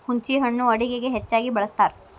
ಹುಂಚಿಹಣ್ಣು ಅಡುಗೆಗೆ ಹೆಚ್ಚಾಗಿ ಬಳ್ಸತಾರ